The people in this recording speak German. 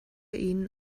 ihnen